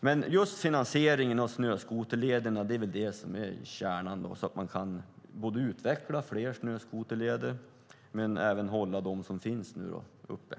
Men just finansieringen av snöskoterlederna är väl det som är kärnan, så att man både kan utveckla fler snöskoterleder och hålla de som finns öppna.